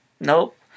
Nope